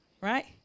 right